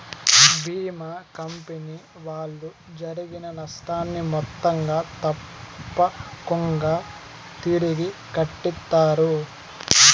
భీమా company వాళ్ళు జరిగిన నష్టాన్ని మొత్తంగా తప్పకుంగా తిరిగి కట్టిత్తారు